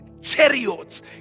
chariots